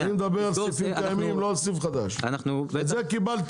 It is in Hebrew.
אני מדבר על זה קיימים לא על סניף חדש ואת זה קיבלתי.